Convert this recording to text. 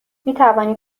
میتوانی